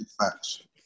facts